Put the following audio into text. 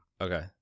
Okay